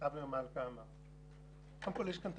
להם הם